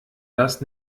das